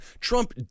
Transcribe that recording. Trump